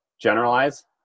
generalize